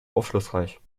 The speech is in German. aufschlussreich